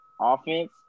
offense